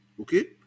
Okay